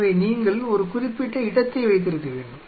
எனவே நீங்கள் ஒரு குறிப்பிட்ட இடத்தை வைத்திருக்க வேண்டும்